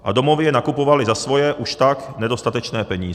A domovy je nakupovaly za svoje už tak nedostatečné peníze.